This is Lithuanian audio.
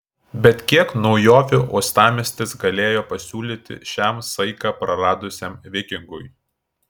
bet kiek naujovių uostamiestis galėjo pasiūlyti šiam saiką praradusiam vikingui